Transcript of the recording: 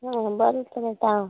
आ बरें तर येता हांव